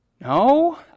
No